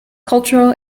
cultural